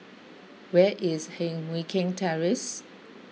where is Heng Mui Keng Terrace